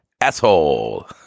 asshole